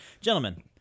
Gentlemen